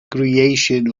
creation